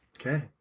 okay